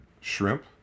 shrimp